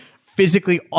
physically